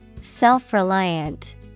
Self-reliant